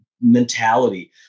mentality